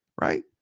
right